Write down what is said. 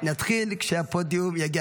תודה.